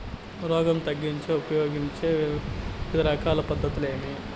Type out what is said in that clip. రోగం తగ్గించేకి ఉపయోగించే వివిధ రకాల పద్ధతులు ఏమి?